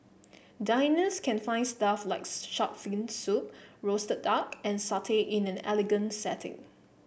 diners can find stuff like shark fin soup roasted duck and satay in an elegant setting